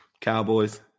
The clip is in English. Cowboys